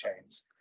chains